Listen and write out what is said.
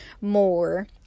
more